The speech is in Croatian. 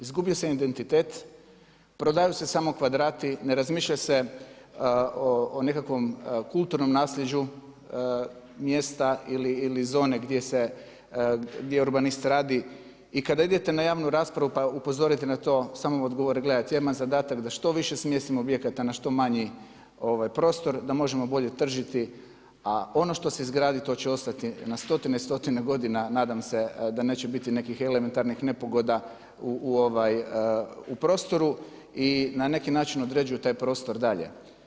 Izgubio se identitet, prodaju se samo kvadrati, ne razmišlja se o nekakvo kulturnom nasljeđu mjesta ili zone gdje urbanist radi i kada idete na javnu raspravu, pa upozorite na to, samo odgovor gledajte, ja imam zadatak da što više smjestim objekata na što manji prostor, da možemo bolje tržiti, a ono što se izgradi to će ostati na stotine i stotine godina, nadam se da neće biti nekih elementarnih nepogoda u prostoru i na neki način određuju taj prostor dalje.